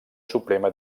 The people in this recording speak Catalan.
suprema